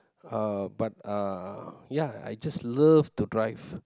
uh but uh ya I just love to drive